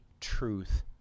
truth